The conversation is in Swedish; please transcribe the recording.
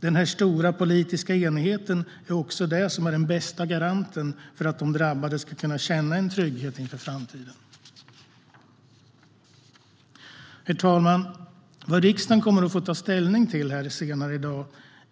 Den stora politiska enigheten är den bästa garanten för att de drabbade ska känna en trygghet inför framtiden. Herr talman! Vad riksdagen kommer att ta ställning till senare i dag